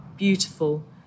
beautiful